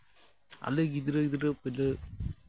ᱟᱞᱮ ᱜᱤᱫᱽᱨᱟᱹ ᱜᱤᱫᱽᱨᱟᱹ ᱯᱳᱭᱞᱟᱹ